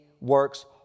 works